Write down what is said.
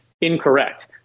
incorrect